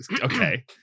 Okay